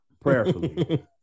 prayerfully